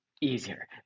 easier